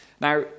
Now